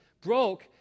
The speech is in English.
broke